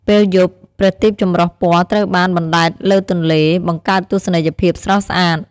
ពេលយប់ ប្រទីបចម្រុះពណ៌ត្រូវបាន បណ្ដែតលើទន្លេ បង្កើតទស្សនីយភាពស្រស់ស្អាត។